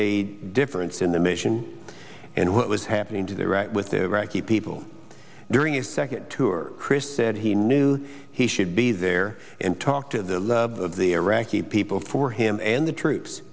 a difference in the mission and what was happening to the right with the iraqi people during his second tour chris said he knew he should be there and talk to the love of the iraqi people for him and the troops